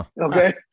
okay